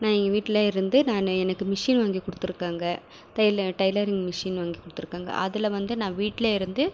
நான் இங்கே வீட்டில் இருந்து நான் எனக்கு மிஷின் வாங்கி கொடுத்துருக்காங்க டைலரிங் மிஷின் வாங்கி கொடுத்துருக்காங்க அதில் வந்து நான் வீட்டிலேயே இருந்து